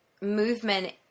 movement